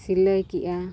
ᱥᱤᱞᱟᱹᱭ ᱠᱮᱜᱼᱟ